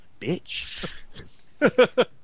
bitch